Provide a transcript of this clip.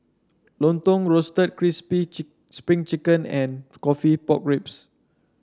lontong Roasted Crispy Spring Chicken and coffee Pork Ribs